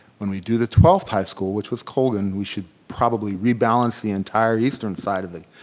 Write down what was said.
when we do the twelfth high school, which was colgan, we should probably rebalance the entire eastern side of the